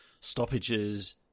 stoppages